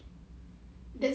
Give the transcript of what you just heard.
kau tak tahu ke kau kena reserve